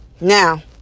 Now